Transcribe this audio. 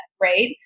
Right